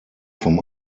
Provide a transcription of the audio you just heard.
vom